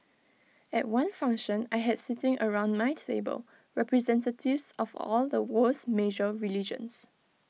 at one function I had sitting around my stable representatives of all the world's major religions